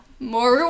more